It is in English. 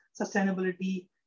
sustainability